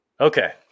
okay